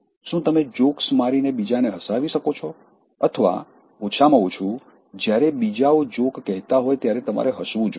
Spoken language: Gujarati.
શું તમે જોક્સ મારીને બીજાને હસાવી શકો છો અથવા ઓછામાં ઓછું જ્યારે બીજાઓ જોક કહેતા હોય ત્યારે તમારે હસવું જોઈએ